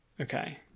okay